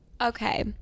Okay